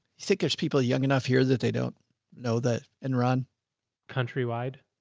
said there's people young enough here that they don't know that. and ron countrywide,